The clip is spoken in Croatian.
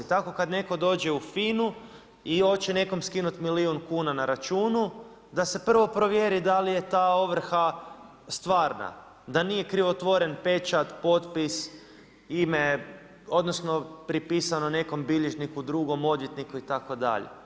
Tako kada netko dođe u FINA-u i hoće nekome skinuti milijun kuna na računu da se prvo provjeri da li je ta ovrha stvarna, da nije krivotvoren pečat, potpis, ime, odnosno pripisano nekom bilježniku drugom, odvjetniku itd.